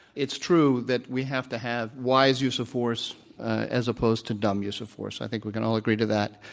it's true that we have to have wise use of force as opposed to dumb use of force. i think we can all agree to that.